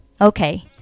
Okay